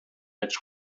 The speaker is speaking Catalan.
drets